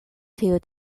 tiu